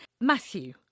Matthew